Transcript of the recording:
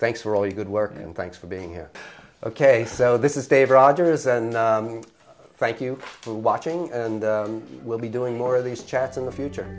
thanks for all your good work and thanks for being here ok so this is dave rogers and thank you for watching and we'll be doing more of these chats in the future